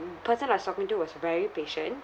mm person I was talking to was very patient